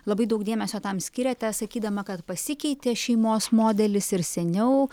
labai daug dėmesio tam skiriate sakydama kad pasikeitė šeimos modelis ir seniau